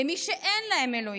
למי שאין להם אלוהים?